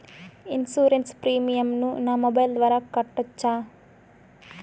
Insurance premium ను నా mobile ద్వారా కట్టొచ్చా?